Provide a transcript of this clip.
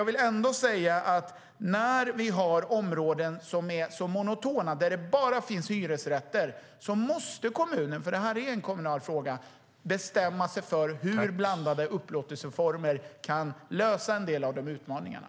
I områden som är monotona, där det bara finns hyresrätter, måste kommunen - det här är en kommunal fråga - bestämma sig för hur blandade upplåtelseformer kan lösa en del av utmaningarna.